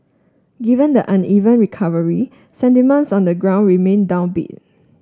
given the uneven recovery sentiments on the ground remain downbeat